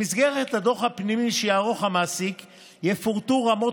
במסגרת הדוח הפנימי שיערוך המעסיק יפורטו רמות